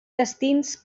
destins